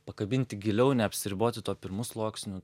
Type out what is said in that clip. pakabinti giliau neapsiriboti tuo pirmu sluoksniu